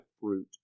fruit